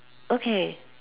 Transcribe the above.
okay